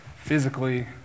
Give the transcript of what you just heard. physically